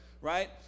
Right